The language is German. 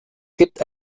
gibt